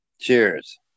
cheers